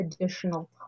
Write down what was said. additional